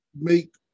Make